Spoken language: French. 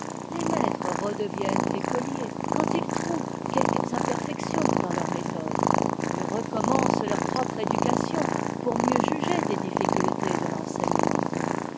les maîtres redeviennent écoliers quand ils trouvent quelques imperfections dans leur méthode et recommencent leur propre éducation pour mieux juger des difficultés de l'enseignement